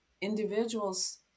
individuals